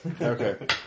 Okay